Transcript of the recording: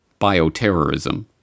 Bioterrorism